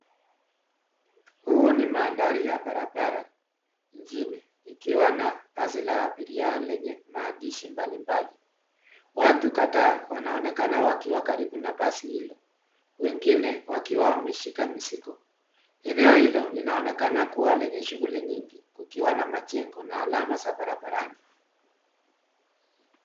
Huu ni mandhari ya barabara mjini, ikiwa na basi la abiria lenye maandishi mbali mbali. Watu kadhaa wanaonekana wakiwa karibu na basi hilo, wengine wakiwa wameshika mizigo. Eneo hilo linaonekana kua lenye shughuli nyingi, kukiwa na majengo na alama za barabarani.